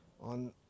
on